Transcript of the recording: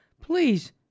Please